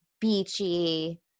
beachy